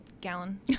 gallon